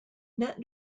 net